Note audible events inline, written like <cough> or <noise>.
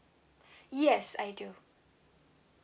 <breath> yes I do